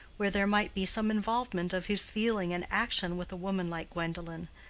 where there might be some involvement of his feeling and action with a woman like gwendolen,